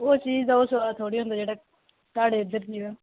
ओह् चीज़ ते थोह्ड़ी साढ़े उद्धर दी ऐ